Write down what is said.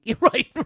right